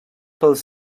pels